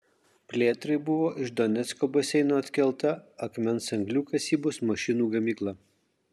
plėtrai buvo iš donecko baseino atkelta akmens anglių kasybos mašinų gamykla